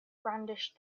brandished